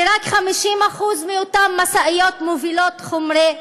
ורק 50% מאותן משאיות מובילות חומרי בניין.